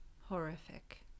horrific